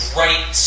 right